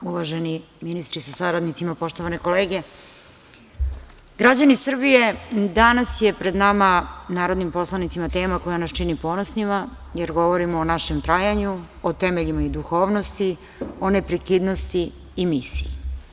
Uvaženi ministri sa saradnicima, poštovane kolege, građani Srbije, danas je pred nama, narodnim poslanicima, tema koja nas čini ponosnima, jer govorimo o našem trajanju, o temeljima i duhovnosti, o neprekidnosti i misiji.